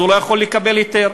אז הוא לא יכול לקבל היתר.